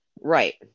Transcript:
right